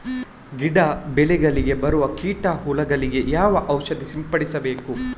ಗಿಡ, ಬೆಳೆಗಳಿಗೆ ಬರುವ ಕೀಟ, ಹುಳಗಳಿಗೆ ಯಾವ ಔಷಧ ಸಿಂಪಡಿಸಬೇಕು?